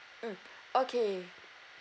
mm okay